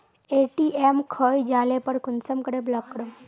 ATM खोये जाले पर कुंसम करे ब्लॉक करूम?